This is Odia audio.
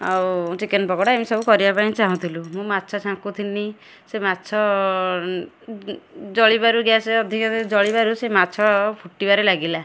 ଆଉ ଚିକେନ୍ ପକୋଡ଼ା ଏମିତି ସବୁ କରିବା ପାଇଁ ଚାହୁଁଥିଲୁ ମୁଁ ମାଛ ଛାଙ୍କୁଥୁନି ସେ ମାଛ ଜଳିବାରୁ ଗ୍ୟାସ୍ ଅଧିକ ଜଳିବାରୁ ସେ ମାଛ ଫୁଟିବାରେ ଲାଗିଲା